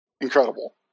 incredible